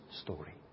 story